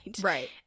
Right